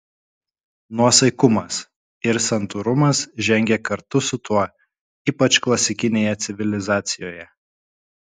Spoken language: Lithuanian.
nuosaikumas ir santūrumas žengė kartu su tuo ypač klasikinėje civilizacijoje